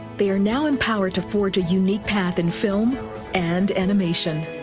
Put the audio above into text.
they are now empowered to forge a unique path in film and animation.